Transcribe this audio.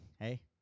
Hey